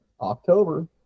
october